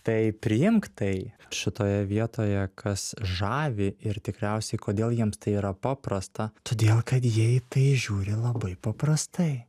tai priimk tai šitoje vietoje kas žavi ir tikriausiai kodėl jiems tai yra paprasta todėl kad jie į tai žiūri labai paprastai